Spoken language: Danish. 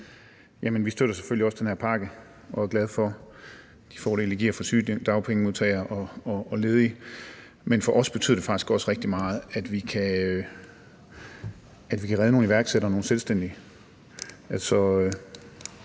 vi støtter selvfølgelig også den her pakke og er glade for de fordele, det giver for sygedagpengemodtagere og ledige. Men for os betyder det faktisk også rigtig meget, at vi kan redde nogle iværksættere og selvstændige.